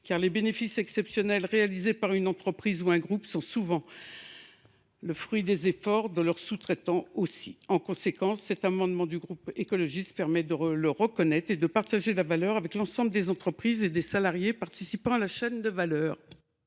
les bénéfices exceptionnels réalisés par une entreprise ou un groupe sont aussi, souvent, le fruit des efforts de leurs sous traitants. En conséquence, cet amendement permet donc de le reconnaître et de partager la valeur avec l’ensemble des entreprises et des salariés participant à cette chaîne. Quel